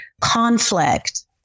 Conflict